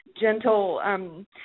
gentle –